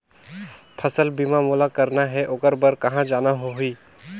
फसल बीमा मोला करना हे ओकर बार कहा जाना होही?